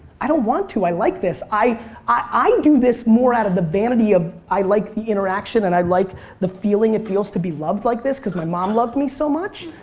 i don't want to. i like this. i i do this more out of the vanity of i like the interaction and i like the feeling that it feels to be loved like this because my mom loved me so much.